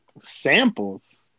Samples